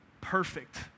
perfect